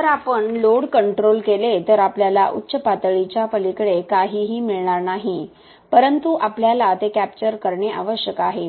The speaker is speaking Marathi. जर आपण लोड कंट्रोल केले तर आपल्याला उच्च पातळीच्या पलीकडे काहीही मिळणार नाही परंतु आपल्याला ते कॅप्चर करणे आवश्यक आहे